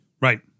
Right